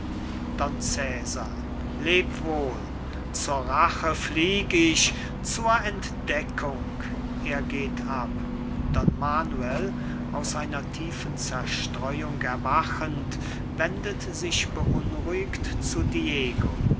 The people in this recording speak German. cesar leb wohl zur rache flieg ich zur entdeckung er geht ab don manuel aus einer tiefen zerstreuung erwachend wendet sich beunruhigt zu